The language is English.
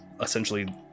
essentially